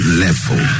level